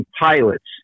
pilots